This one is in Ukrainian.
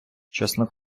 чесно